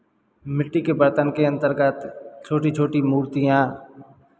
मिट्टी के बर्तन के अंतर्गत छोटी छोटी मूर्तियाँ